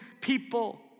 people